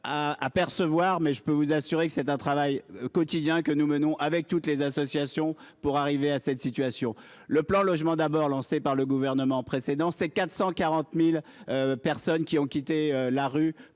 À apercevoir mais je peux vous assurer que c'est un travail quotidien que nous menons avec toutes les associations pour arriver à cette situation, le plan logement d'abord lancé par le gouvernement précédent, c'est 440.000. Personnes qui ont quitté la rue